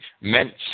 meant